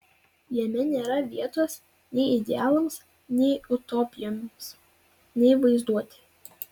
jame nėra vietos nei idealams nei utopijoms nei vaizduotei